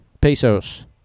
Pesos